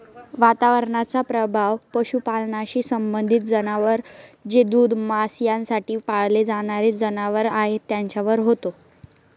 वातावरणाचा प्रभाव पशुपालनाशी संबंधित जनावर जे दूध, मांस यासाठी पाळले जाणारे जनावर आहेत त्यांच्यावर होतो